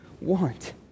want